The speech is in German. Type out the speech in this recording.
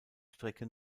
strecke